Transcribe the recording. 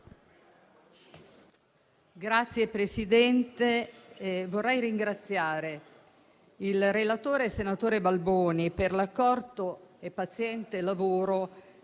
Signor Presidente, vorrei ringraziare il relatore, senatore Balboni, per l'accorto e paziente lavoro